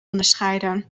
onderscheiden